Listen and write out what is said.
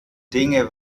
dinge